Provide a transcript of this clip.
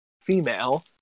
female